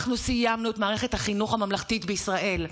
אנחנו סיימנו את מערכת החינוך הממלכתית בישראל.